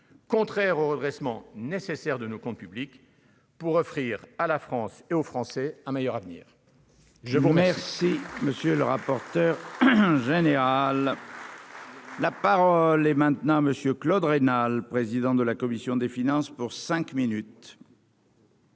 contraires au redressement nécessaire de nos comptes publics pour offrir à la France et aux Français un meilleur avenir,